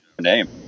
name